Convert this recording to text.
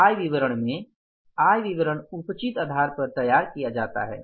आय विवरण में आय विवरण उपचित आधार पर तैयार किया जाता है